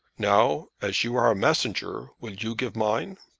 now, as you are a messenger, will you give mine?